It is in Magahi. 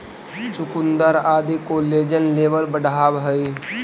चुकुन्दर आदि कोलेजन लेवल बढ़ावऽ हई